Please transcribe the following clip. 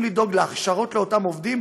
צריכים לדאוג להכשרות לאותם עובדים,